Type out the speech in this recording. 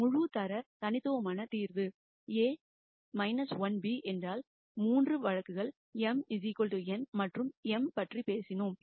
A full rank தனித்துவமான தீர்வு A 1b என்றால் 3 வழக்குகள் m n மற்றும் m பற்றி பேசினோம்